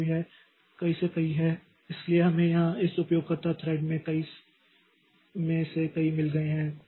तो यह कई से कई है इसलिए हमें यहां इस उपयोगकर्ता थ्रेड में से कई मिल गए हैं